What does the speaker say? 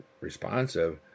responsive